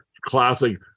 Classic